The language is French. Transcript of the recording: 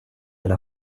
elle